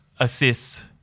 assists